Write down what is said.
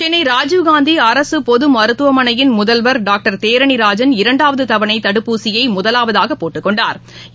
சென்னை ராஜீவ்காந்தி அரசு பொது மருத்துவமனையின் முதல்வர் டாக்டர் தேரணி ராஜன் இரண்டாவது தவணை தடுப்பூசியை முதலாவதாக போட்டுக் கொண்டாா்